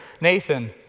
Nathan